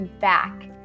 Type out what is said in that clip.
back